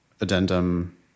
addendum